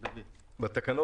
בתקנה